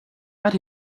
but